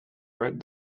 right